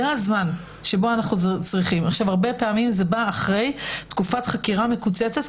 הרבה פעמים זה בא אחרי תקופת חקירה מקוצצת,